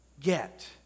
Get